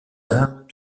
arts